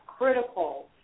critical